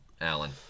Alan